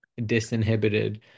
disinhibited